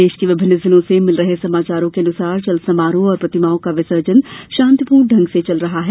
प्रदेश के विभिन्न जिलों से मिल रहे समाचारों के अनुसार चल समारोह और प्रतिमाओं का विसर्जन शांतिपूर्ण ढंग से चल रहा है